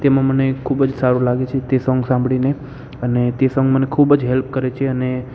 તેમાં મને ખૂબ જ સારું લાગે છે તે સોંગ સાંભળીને અને તે સોંગ મને ખૂબ જ હેલ્પ કરે છે અને